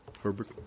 Herbert